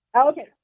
Okay